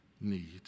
need